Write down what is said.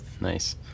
Nice